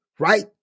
Right